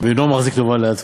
ואינו מחזיק טובה לעצמו,